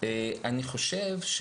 אני חושב,